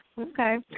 Okay